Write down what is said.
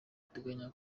riteganya